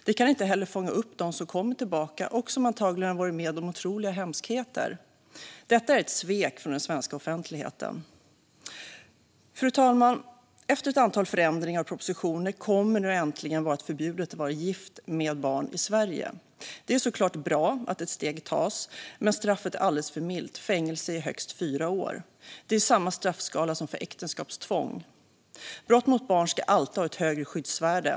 De kan inte heller fånga upp dem som kommer tillbaka och som antagligen har varit med om otroliga hemskheter. Detta är ett svek från den svenska offentligheten. Fru talman! Efter ett antal förändringar och propositioner kommer det nu äntligen att vara förbjudet att vara gift med barn i Sverige. Det är såklart bra att ett steg tas, men straffet är alldeles för milt: fängelse i högst fyra år. Det är samma straffskala som för äktenskapstvång. Brott mot barn ska alltid ha ett högre skyddsvärde.